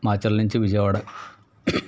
మాచర్ల నుంచి విజయవాడ